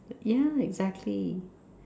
yeah exactly